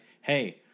hey